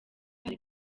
hari